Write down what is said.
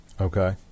Okay